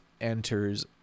enters